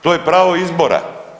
To je pravo izbora.